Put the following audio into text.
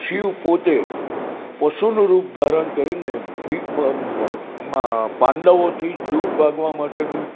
શિવ પોતે પશુનું રૂપ ધારણ કરીને ભી પાંડવોથી દૂર ભાગવા માટે